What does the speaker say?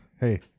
hey